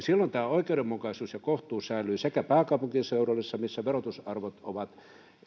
silloin oikeudenmukaisuus ja kohtuus säilyy pääkaupunkiseudulla missä verotusarvot ovat